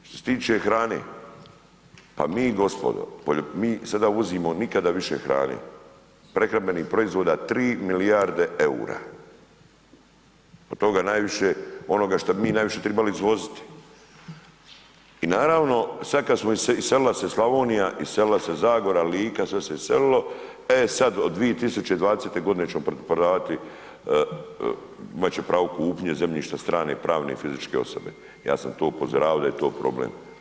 Što se tiče hrane, pa mi gospodo, mi sada uvozimo nikada više hrane, prehrambenih proizvoda 3 milijarde EUR-a, od toga najviše onoga šta bi mi najviše tribali izvoziti i naravno sad kad se iselila se Slavonija, iselila se Zagora, Lika, sve se iselilo, e sad od 2020.g. ćemo prodavati, imat će pravo kupnje zemljišta strane pravne i fizičke osobe, ja sam to upozoravao da je to problem.